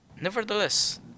Nevertheless